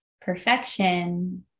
perfection